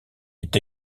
est